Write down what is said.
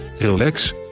relax